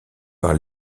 par